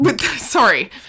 Sorry